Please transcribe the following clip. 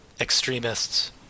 extremists